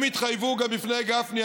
הם התחייבו גם בפני גפני,